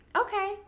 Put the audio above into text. Okay